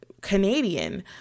Canadian